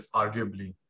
arguably